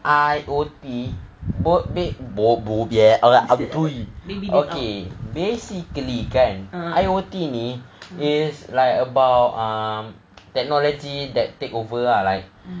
I_O_T bo~ ba~ bo~ okay basically kan I_O_T ni is like about um technology that take over lah like